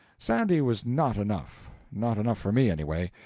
sandy was not enough not enough for me, anyway.